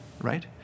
right